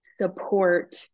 support